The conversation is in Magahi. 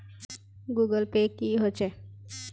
गूगल पै की होचे?